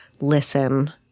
listen